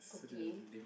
Kopi